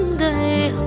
the